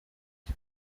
isi